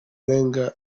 wenger